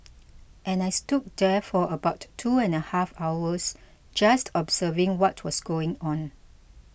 and I stood there for about two and a half hours just observing what was going on